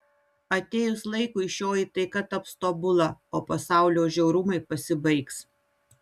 atėjus laikui šioji taika taps tobula o pasaulio žiaurumai pasibaigs